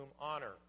honor